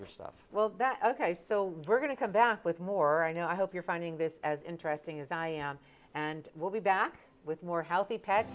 your stuff well that ok so we're going to come back with more i know i hope you're finding this as interesting as i am and will be back with more healthy pa